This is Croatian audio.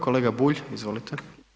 Kolega Bulj, izvolite.